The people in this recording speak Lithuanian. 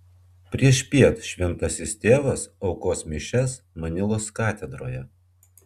priešpiet šventasis tėvas aukos mišias manilos katedroje